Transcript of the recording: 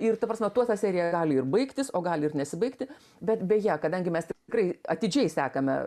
ir ta prasme tuo ta serija gali ir baigtis o gali ir nesibaigti bet beje kadangi mes tikrai atidžiai sekame